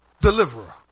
Deliverer